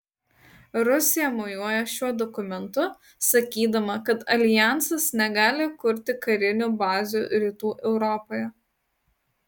rusija mojuoja šiuo dokumentu sakydama kad aljansas negali kurti karinių bazių rytų europoje